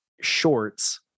shorts